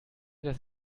das